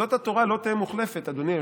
זאת התורה לא תהא מוחלפת, אדוני היושב-ראש.